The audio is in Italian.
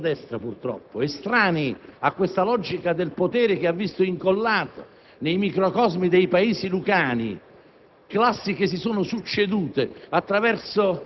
Soltanto i partiti del centro-destra sono estranei a questa logica del potere, che ha visto incollate nei microcosmi dei paesi lucani